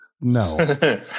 no